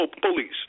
police